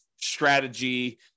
strategy